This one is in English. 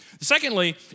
Secondly